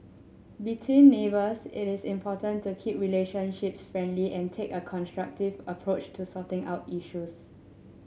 between neighbours it is important to keep relationships friendly and take a constructive approach to sorting out issues